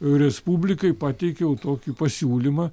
respublikai pateikiau tokį pasiūlymą